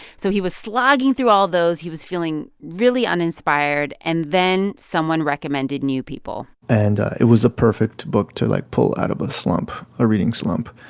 so he was slogging through all those. he was feeling really uninspired. and then someone recommended new people. and it was a perfect book to, like, pull out of a slump, a reading slump.